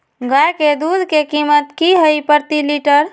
गाय के दूध के कीमत की हई प्रति लिटर?